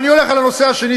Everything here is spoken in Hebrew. אבל אני הולך על הנושא השני,